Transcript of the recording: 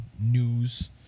news